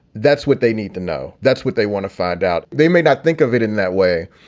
that's what they need to know. that's what they want to find out. they may not think of it in that way,